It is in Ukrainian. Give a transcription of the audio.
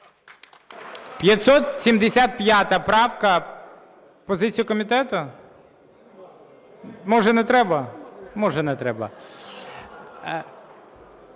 575 правка. Позицію комітету? Може, не треба? Може, не треба.